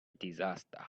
disaster